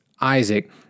Isaac